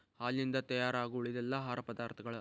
ಹಾಲಿನಿಂದ ತಯಾರಾಗು ಉಳಿದೆಲ್ಲಾ ಆಹಾರ ಪದಾರ್ಥಗಳ